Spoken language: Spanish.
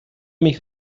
mis